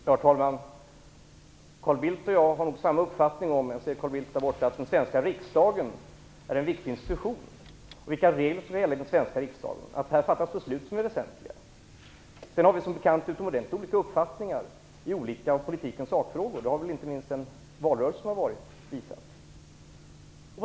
Herr talman! Carl Bildt och jag har nog samma uppfattning om att den svenska riksdagen är en viktig institution - jag ser Carl Bildt i kammaren. De regler som gäller för den svenska riksdagen är också viktiga, och här i riksdagen fattas beslut som är väsentliga. Som bekant har vi också utomordentligt olika uppfattningar i politikens olika sakfrågor, något som inte minst den valrörelse som varit visat.